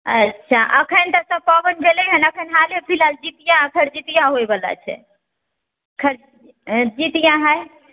अच्छा एखन तक तऽ पाबनि भेलै हऽ नहि एखन हाले फिलहाल जितिआ खरजितिआ होइवला छै खरजितिआ जितिआ हइ